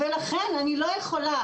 ולכן אני לא יכולה,